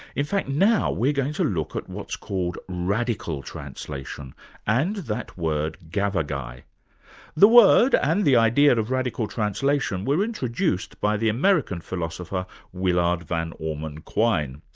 in fact now, we're going to look at what's called radical translation and that word gavagai. the word and the idea of radical translation were introduced by the american philosopher willard van orman quine,